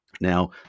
Now